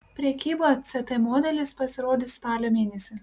prekyboje ct modelis pasirodys spalio mėnesį